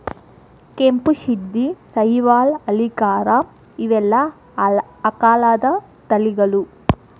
ಕೆಂಪು ಶಿಂದಿ, ಸಹಿವಾಲ್ ಹಳ್ಳಿಕಾರ ಇವೆಲ್ಲಾ ಆಕಳದ ತಳಿಗಳು